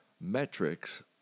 metrics